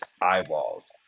eyeballs